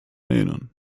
erinnern